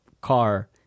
car